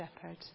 shepherd